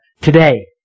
today